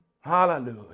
Hallelujah